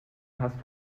hast